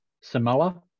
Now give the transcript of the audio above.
Samoa